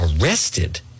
arrested